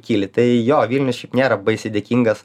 kyli tai jo vilnius šiaip nėra baisiai dėkingas